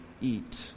eat